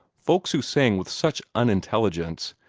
folks who sang with such unintelligence,